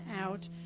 out